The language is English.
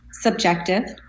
subjective